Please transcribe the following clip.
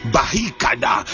Bahikada